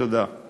תודה.